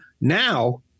now